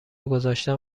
گذاشتم